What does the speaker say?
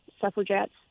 suffragettes